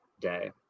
day